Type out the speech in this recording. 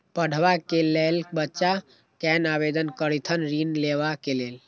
पढ़वा कै लैल बच्चा कैना आवेदन करथिन ऋण लेवा के लेल?